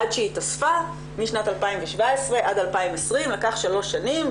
עד היא התאספה משנת 2017 עד 2020 לקח שלוש שנים,